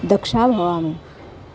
दक्षः भवामि